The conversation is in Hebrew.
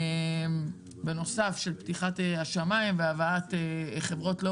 בנוסף לכך פתיחת השמים והבאת חברות low